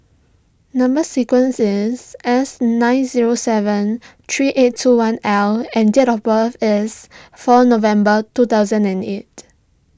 Number Sequence is S nine zero seven three eight two one L and date of birth is four November two thousand and eight